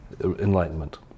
enlightenment